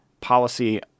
policy